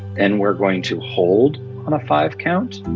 and we're going to hold on a five-count.